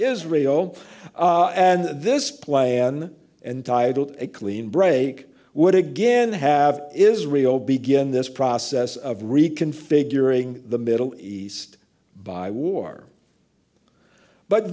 israel and this plan and titled a clean break would again have israel begin this process of reconfiguring the middle east by war but